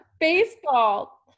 Baseball